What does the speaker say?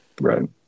Right